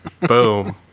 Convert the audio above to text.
boom